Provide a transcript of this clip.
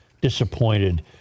disappointed